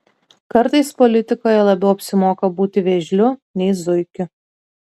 kartais politikoje labiau apsimoka būti vėžliu nei zuikiu